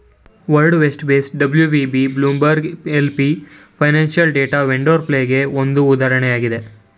world vest base WVB, Bloomberg LP financial data ವೆಂಡರ್ಸ್ಗೆಗೆ ಒಂದು ಉದಾಹರಣೆಯಾಗಿದೆ